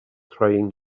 trying